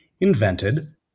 invented